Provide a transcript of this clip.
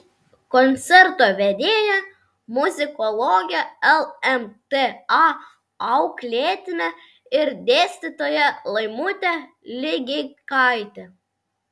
koncerto vedėja muzikologė lmta auklėtinė ir dėstytoja laimutė ligeikaitė